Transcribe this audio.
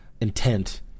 intent